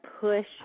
push